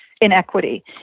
inequity